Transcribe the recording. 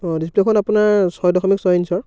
অ' ডিস্প্লে'খন আপোনাৰ ছয় দশমিক ছয় ইঞ্চৰ